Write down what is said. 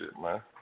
man